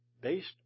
based